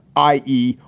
i e.